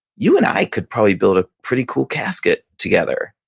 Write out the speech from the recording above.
you and i could probably build a pretty cool casket together.